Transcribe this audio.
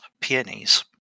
peonies